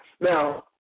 Now